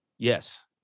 Yes